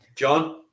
John